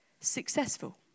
successful